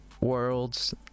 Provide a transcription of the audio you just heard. Worlds